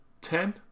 Ten